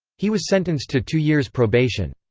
he was sentenced to two years' probation.